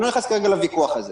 אני לא נכנס כרגע לוויכוח הזה.